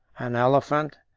an elephant,